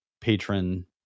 patron